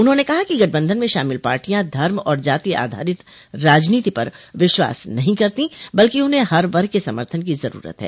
उन्होंने कहा कि गठबंधन में शामिल पार्टियां धर्म और जाति आधारित राजनीति पर विश्वास नहीं करतीं बल्कि उन्हें हर वर्ग के समर्थन की जरूरत है